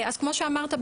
כמו שאמרת,